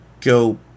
go